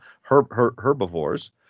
herbivores